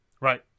Right